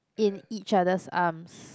in each other's arms